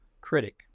critic